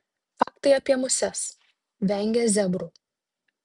faktai apie muses vengia zebrų